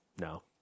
No